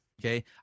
okay